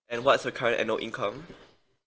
and what's your current annual income